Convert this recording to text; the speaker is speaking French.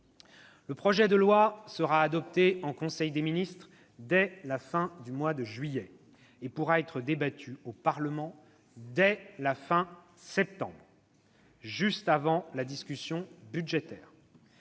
Le projet de loi sera adopté en conseil des ministres fin juillet et pourra être débattu au Parlement dès la fin septembre, juste avant la discussion budgétaire.